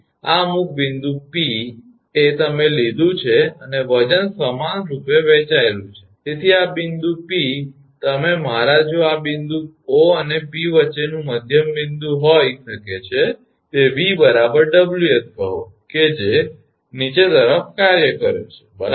તેથી આ અમુક બિંદુ 𝑃 એ તમે લીધું છે અને વજન સમાનરૂપે વહેંચાયેલું છે તેથી આ બિંદુ તમે મારા જો આ બિંદુ 𝑂 અને 𝑃 વચ્ચેનું મધ્યમ બિંદુ હોઈ શકે છે તે 𝑉 𝑊𝑠 કહો કે જે નીચે તરફ કાર્ય કરે છે બરાબર